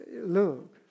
look